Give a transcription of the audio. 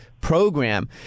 program